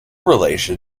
relation